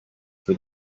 for